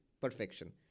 perfection